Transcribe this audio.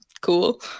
cool